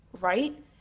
Right